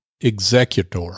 executor